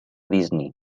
disney